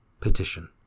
Petition